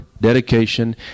dedication